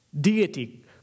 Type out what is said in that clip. deity